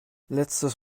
letztes